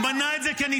הוא מנה את זה כניצחון